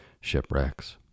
shipwrecks